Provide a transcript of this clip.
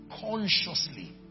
consciously